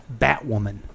Batwoman